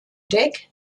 deck